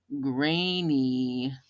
grainy